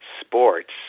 sports